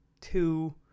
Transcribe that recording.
two